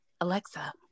Alexa